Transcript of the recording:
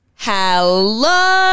Hello